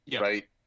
right